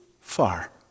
far